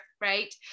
right